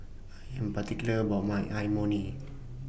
I Am particular about My Imoni